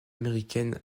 américaine